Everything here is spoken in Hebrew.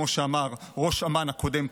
כמו שאמר ראש אמ"ן הקודם,